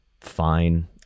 fine